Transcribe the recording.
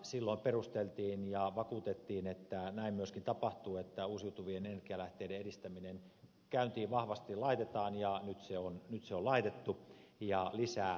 silloin perusteltiin ja vakuutettiin että näin myöskin tapahtuu että uusiutuvien energialähteiden edistäminen käyntiin vahvasti laitetaan ja nyt se on laitettu ja lisää täytyy seurata